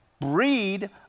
breed